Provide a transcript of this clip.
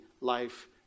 life